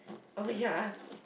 oh ya